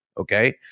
okay